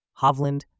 Hovland